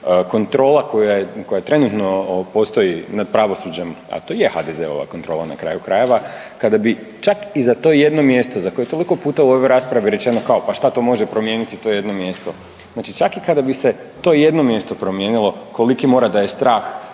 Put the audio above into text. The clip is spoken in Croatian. kontrola koja trenutno postoji nad pravosuđem, a to je HDZ-ova kontrola na kraju krajeva. Kada bi čak i za to jedno mjesto za koje je toliko puta u ovoj raspravi rečeno kao pa šta to može promijeniti to jedno mjesto? Znači čak i kada bi se to jedno mjesto promijenilo koliki mora da je strah